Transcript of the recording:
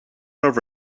over